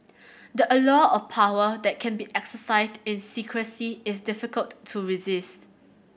the allure of power that can be exercised in secrecy is difficult to resist